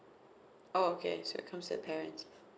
oh okay so it comes to the parents